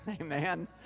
Amen